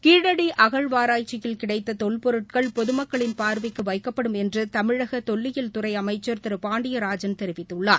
கீழடிஅகழ்வாராய்ச்சியில் கிடைத்ததொல் பொருட்கள் பொதுமக்களின் பார்வைக்குவைக்கப்படும் என்றுதமிழகதொல்லியல்துறைஅமைச்சர் திருபாண்டியராஜன் தெரிவித்துள்ளார்